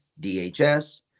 DHS